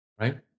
right